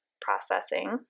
processing